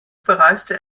bereiste